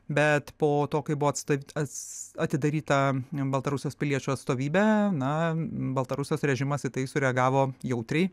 bet po to kai buvo atsta atidaryta baltarusijos piliečio atstovybė na baltarusijos režimas į tai sureagavo jautriai